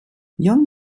young